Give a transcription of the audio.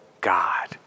God